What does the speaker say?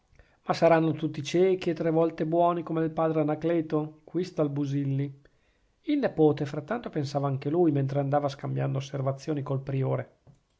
ma saranno tutti ciechi e tre volte buoni come il padre anacleto qui sta il busilli il nepote frattanto pensava anche lui mentre andava scambiando osservazioni col priore